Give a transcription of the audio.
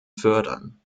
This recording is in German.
fördern